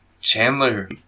Chandler